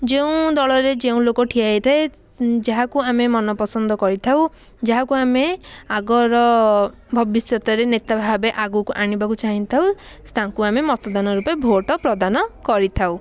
ଯେଉଁ ଦଳରେ ଯେଉଁ ଲୋକ ଠିଆ ହୋଇଥାଏ ଯାହାକୁ ଆମେ ମନ ପସନ୍ଦ କରିଥାଉ ଯାହକୁ ଆମେ ଆଗର ଭବିଷ୍ୟତରେ ନେତା ଭାବେ ଆଗକୁ ଆଣିବାକୁ ଚାହିଁଥାଉ ତାଙ୍କୁ ଆମେ ମତଦାନ ରୂପେ ଭୋଟ୍ ପ୍ରଦାନ କରିଥାଉ